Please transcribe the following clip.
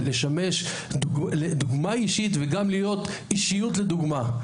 לשמש דוגמה אישית וגם להיות אישיות לדוגמה.